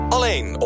Alleen